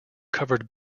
covered